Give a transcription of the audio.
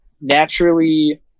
naturally